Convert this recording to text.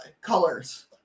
colors